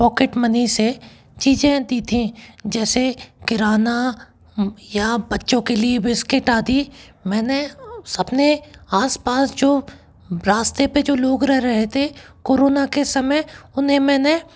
pocket money से चीज़ें दी थीं जैसे किराना या बच्चों के लिए बिस्किट आदि मैंने अपने आस पास जो रास्ते पर जो लोग रह रहे थे कोरोना के समय उन्हें मैंने